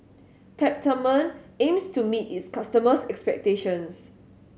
Peptamen aims to meet its customers' expectations